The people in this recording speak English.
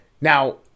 Now